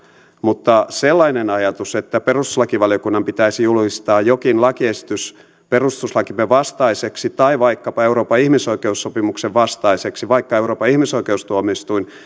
mutta sellainen ajattelu että perustuslakivaliokunnan pitäisi julistaa jokin lakiesitys perustuslakimme vastaiseksi tai vaikkapa euroopan ihmisoikeussopimuksen vastaiseksi vaikka euroopan ihmisoikeustuomioistuin